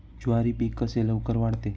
ज्वारी पीक कसे लवकर वाढते?